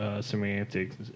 semantics